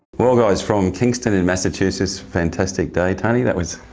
well guys, from kingston in massachusetts, fantastic day. tony, that was,